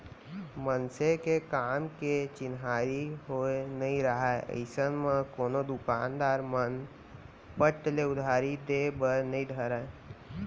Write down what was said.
मनसे के काम के चिन्हारी होय नइ राहय अइसन म कोनो दुकानदार मन फट ले उधारी देय बर नइ धरय